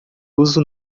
uso